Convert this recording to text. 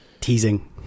Teasing